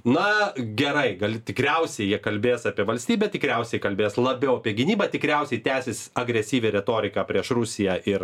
na gerai tikriausiai jie kalbės apie valstybę tikriausiai kalbės labiau apie gynybą tikriausiai tęsis agresyvią retoriką prieš rusiją ir